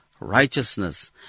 righteousness